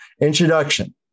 Introduction